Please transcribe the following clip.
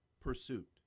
pursuit